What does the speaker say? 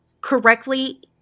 correctly